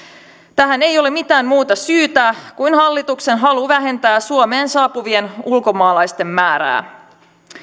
tähän ei ole mitään muuta syytä kuin hallituksen halu vähentää suomeen saapuvien ulkomaalaisten määrää